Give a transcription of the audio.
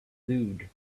fluid